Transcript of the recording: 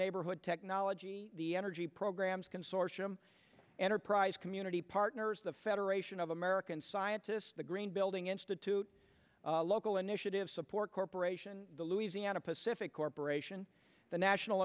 neighborhood technology the energy programs consortium enterprise community partners the federation of american scientists the green building institute a local initiative support corporation the louisiana pacific corporation the national